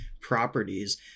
properties